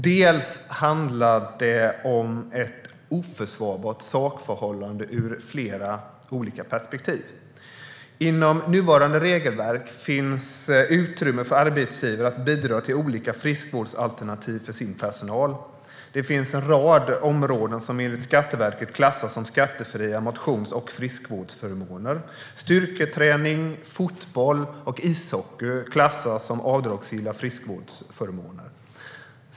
Dels handlar det om ett oförsvarbart sakförhållande ur flera olika perspektiv. Inom nuvarande regelverk finns utrymme för arbetsgivare att bidra till olika friskvårdsalternativ för sin personal. Det finns en rad områden som enligt Skatteverket klassas som skattefria motions och friskvårdsförmåner. Styrketräning, fotboll och ishockey klassas som avdragsgilla friskvårdsförmåner.